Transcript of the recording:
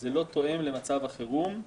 זה לא תואם למצב החרום,